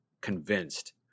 convinced